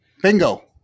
Bingo